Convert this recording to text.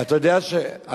אתה יודע שיש,